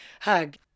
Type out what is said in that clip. hug